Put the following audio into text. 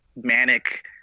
manic –